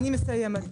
אני מסיימת.